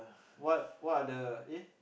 what what are the eh